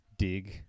dig